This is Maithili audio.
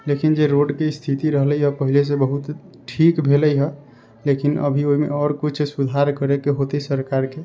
लेकिन जे रोडके स्थिति रहलै है पहलेसँ बहुत ठीक भेलै है लेकिन अभी ओहिमे आओर कुछ सुधार करैके हौते सरकारके